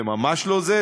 זה ממש לא זה,